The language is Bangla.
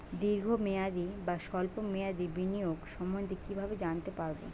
দীর্ঘ মেয়াদি বা স্বল্প মেয়াদি বিনিয়োগ সম্বন্ধে কীভাবে জানতে পারবো?